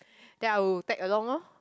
then I would tag along lor